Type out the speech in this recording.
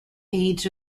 aids